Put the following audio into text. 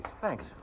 Thanks